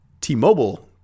T-Mobile